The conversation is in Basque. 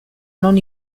non